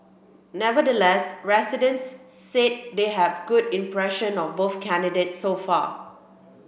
nevertheless residents said they have good impression of both candidates so far